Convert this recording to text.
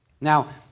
Now